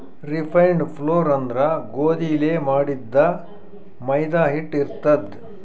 refined flour ಅಂದ್ರ ಗೋಧಿಲೇ ಮಾಡಿದ್ದ್ ಮೈದಾ ಹಿಟ್ಟ್ ಇರ್ತದ್